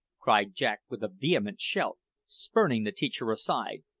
cried jack with a vehement shout, spurning the teacher aside,